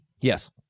Yes